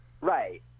Right